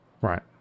Right